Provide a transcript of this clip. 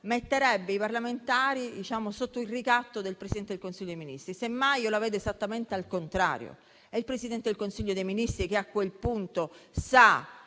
metterebbe i parlamentari sotto il ricatto del Presidente del Consiglio dei ministri. Semmai io la vedo esattamente al contrario: è il Presidente del Consiglio dei ministri che a quel punto sa